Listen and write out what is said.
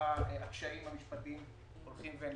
ככה הקשיים המשפטיים הולכים ונבנים.